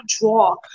draw